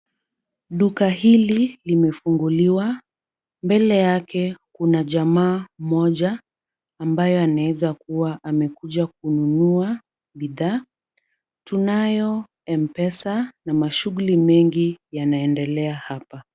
Duka hili limefunguliwa mbele yake kuna jamaa mmoja ambaye anaeza kuwa amekuja kununua bidhaa , tunayo M-Pesa na mashughuli mengi yanaendelea hapa .